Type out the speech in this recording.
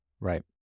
Right